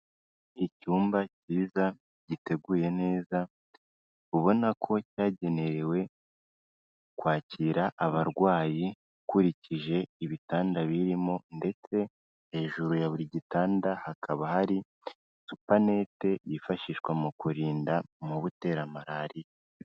Icyumba cyiza, giteguye neza, ubona ko cyagenewe kwakira abarwayi ukurikije ibitanda birimo ndetse hejuru ya buri gitanda hakaba hari, supanete yifashishwa mu kurinda umubu utera malariya.